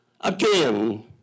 Again